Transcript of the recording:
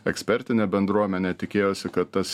ekspertinė bendruomenė tikėjosi kad tas